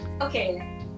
Okay